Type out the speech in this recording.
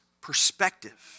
perspective